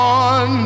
on